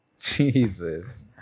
Jesus